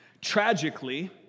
Tragically